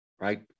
right